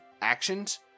actions